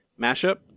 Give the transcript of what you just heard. mashup